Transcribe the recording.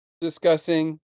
discussing